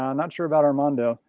um not sure about armando.